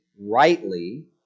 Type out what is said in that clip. rightly